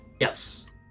Yes